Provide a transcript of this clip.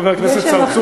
חבר הכנסת צרצור,